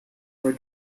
were